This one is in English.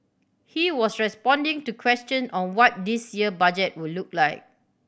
he was responding to question on what this year Budget would look like